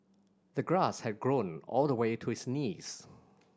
the grass had grown all the way to his knees